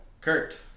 Kurt